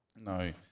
No